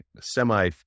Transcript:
semi-